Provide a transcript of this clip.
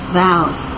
vows